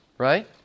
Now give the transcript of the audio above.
Right